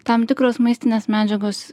tam tikros maistinės medžiagos